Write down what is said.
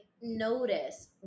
notice